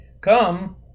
come